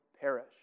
perish